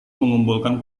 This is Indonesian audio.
mengumpulkan